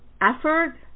effort